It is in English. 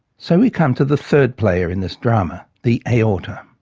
so we come to the third player in this drama, the aorta.